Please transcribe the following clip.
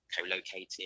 co-located